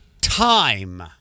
Time